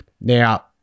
Now